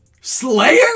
Slayer